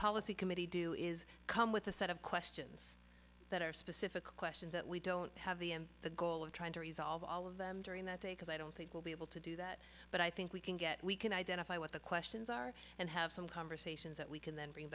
policy committee do is come with a set of questions that are specific questions that we don't have the the goal of trying to resolve all of them during that day because i don't think we'll be able to do that but i think we can get we can identify what the questions are and have some conversations that we can then bring